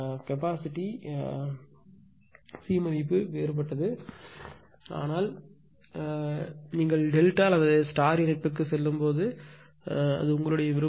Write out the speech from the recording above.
கொள்ளளவு C மதிப்பு வேறுபட்டது ஆனால் எனவே நீங்கள் டெல்டா அல்லது நட்சத்திர இணைப்பிற்கு செல்லுங்கள் உங்கள் விருப்பம்